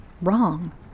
Wrong